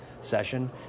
session